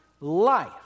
life